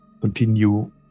continue